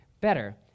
better